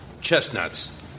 Chestnuts